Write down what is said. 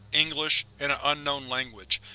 english, and an unknown language,